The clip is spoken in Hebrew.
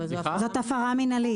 אבל זאת הפרה מנהלית.